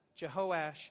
Jehoash